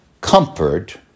Comfort